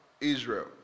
Israel